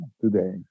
today